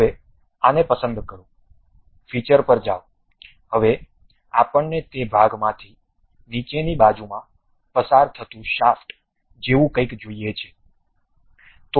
હવે આને પસંદ કરો ફીચર પર જાઓ હવે આપણને તે ભાગમાંથી નીચેની બાજુમાં પસાર થતું શાફ્ટ જેવું કંઈક જોઈએ છે